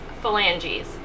phalanges